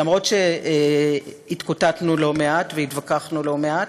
אף שהתקוטטנו לא מעט והתווכחנו לא מעט,